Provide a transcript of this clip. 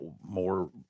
more